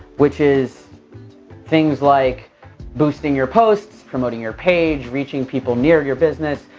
which is things like boosting your posts, promoting your page, reaching people near your business,